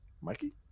Mikey